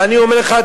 ואני אומר לך,